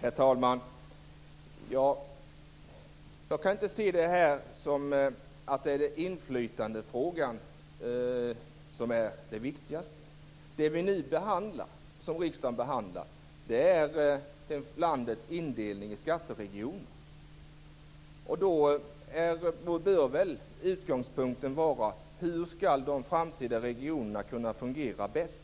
Herr talman! Jag kan inte se det här som så att det är inflytandefrågan som är det viktigaste. Det som riksdagen nu behandlar är landets indelning i skatteregioner. Då bör utgångspunkten vara: Hur skall de framtida regionerna kunna fungera bäst?